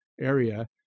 area